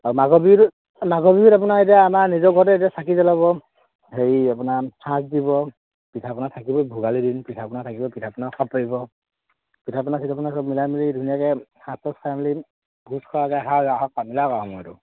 আৰু মাঘৰ বিহুত মাঘৰ বিহুত আপোনাৰ এতিয়া আমাৰ নিজৰতে এতিয়া চাকি জ্বলাব হেৰি আপোনাৰ সাঁজ দিব পিঠা পনা থাকিব ভোগালী দিন পিঠা পনা থাকিব পিঠা পনা পাৰিব পিঠা পনা চিঠা পনা চব মিলাই মেলি ধুনীয়াকে